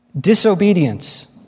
disobedience